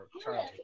Charlie